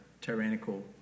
tyrannical